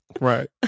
Right